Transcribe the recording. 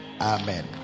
amen